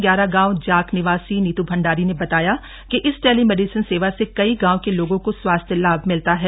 ग्यारह गांव जाख निवासी नीतू भंडारी ने बताया कि इस टेली मेडिसन सेवा से कई गांव के लोगों को स्वास्थ्य लाभ मिलता है